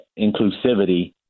inclusivity